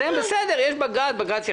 זה בסדר, יש בג"צ, בג"צ יחליט.